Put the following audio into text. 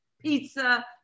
pizza